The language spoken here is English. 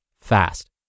fast